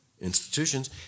institutions